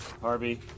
Harvey